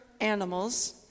animals